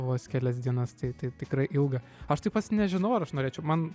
vos kelias dienas tai tai tikrai ilga aš tai pats nežinau ar aš norėčiau man